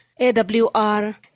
AWR